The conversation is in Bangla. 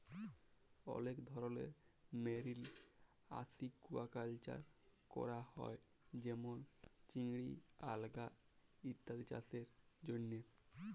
অলেক ধরলের মেরিল আসিকুয়াকালচার ক্যরা হ্যয়ে যেমল চিংড়ি, আলগা ইত্যাদি চাসের জন্হে